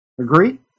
Agree